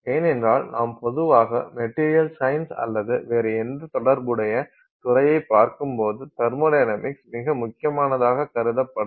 ஏனென்றால் நாம் பொதுவாக மெட்டீரியல்ஸ் சயின்ஸ் அல்லது வேறு எந்த தொடர்புடைய துறையைப் பார்க்கும்போது தெர்மொடைனமிக்ஸ் மிக முக்கியமானதாக கருதப்படும்